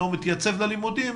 שאינו מתייצב ללימודים,